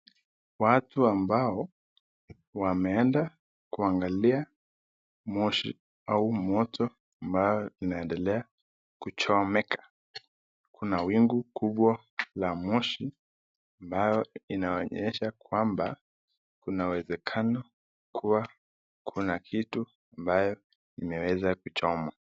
Watu ambao wameenda kuagalia moshi au moto ambao unaendelea kuchomeka, Kuna wingu kubwa la moshi ambao inaonyesha kwamba kuna uwezekano kuwa kuna kitu ambao imeweza kuchoma.